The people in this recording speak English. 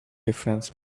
difference